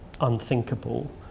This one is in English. unthinkable